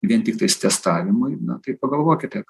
vien tiktais testavimui tai pagalvokite